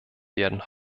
werden